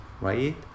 right